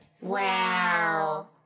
Wow